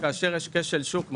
כאשר יש כשל שוק משמעותי.